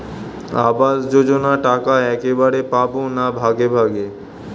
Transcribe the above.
আবাস যোজনা টাকা একবারে পাব না ভাগে ভাগে?